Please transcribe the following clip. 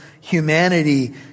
humanity